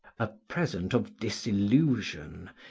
a present of disillusion,